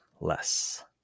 less